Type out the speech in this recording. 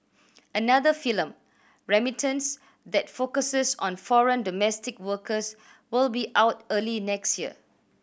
another film Remittance that focuses on foreign domestic workers will be out early next year